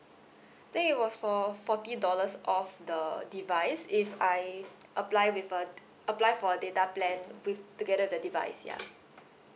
think it was for forty dollars off the device if I apply with uh apply for data plan with together with the device ya